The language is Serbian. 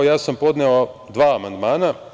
Ja sam podneo dva amandmana.